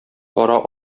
кара